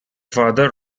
father